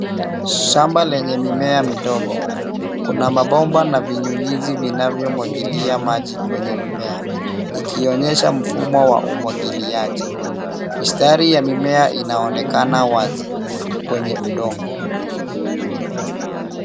Shamba lenye mimea midogo. Kuna mabomba na vinyunyizi vinavyomwagilia maji kwenye mimea ikionyesha mfumo wa umwagiliaji. Mistari ya mimea inaonekana wazi kwenye udongo.